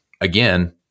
again